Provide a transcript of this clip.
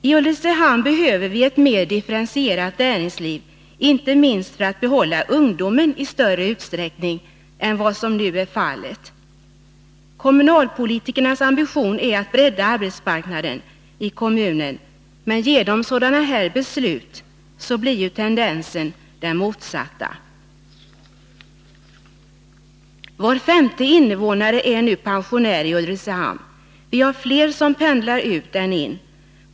I Ulricehamn behöver vi ett mer differentierat näringsliv, inte minst för att behålla ungdomen i större utsträckning än vi nu kan göra. Kommunalpolitikernas ambition är att bredda arbetsmarknaden i kommunen, men genom sådana här beslut blir tendensen den motsatta. Var femte invånare i Ulricehamn är nu pensionär. Vi har fler som pendlar ut än in.